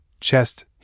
chest